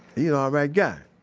yeah alright guy.